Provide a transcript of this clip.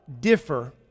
differ